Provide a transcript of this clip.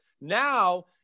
Now